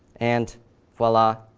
and viola,